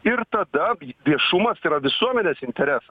ir tada viešumas ir visuomenės interesas